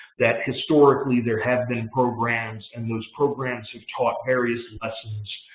that historically there had been programs and those programs have taught various lessons.